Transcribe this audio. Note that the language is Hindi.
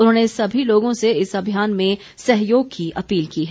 उन्होंने सभी लोगों से इस अभियान में सहयोग की अपील की है